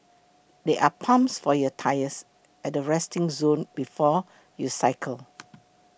there are pumps for your tyres at the resting zone before you cycle